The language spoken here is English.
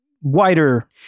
Wider